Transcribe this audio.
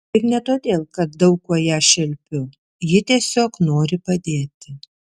ir ne todėl kad daug kuo ją šelpiu ji tiesiog nori padėti